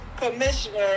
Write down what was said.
Commissioner